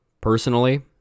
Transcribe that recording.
personally